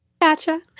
Gotcha